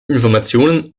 informationen